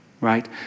right